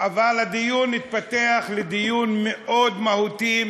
אבל הדיון התפתח לדיון מאוד מהותי,